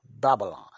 Babylon